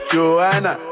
Joanna